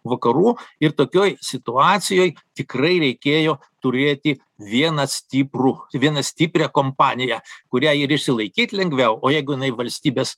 vakarų ir tokioj situacijoj tikrai reikėjo turėti vieną stiprų vieną stiprią kompaniją kurią ir išsilaikyt lengviau o jeigu jinai valstybės